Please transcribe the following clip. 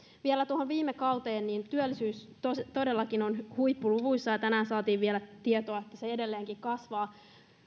vielä tuohon viime kauteen työllisyys todellakin on huippuluvuissa ja tänään saatiin vielä tietoa että se edelleenkin kasvaa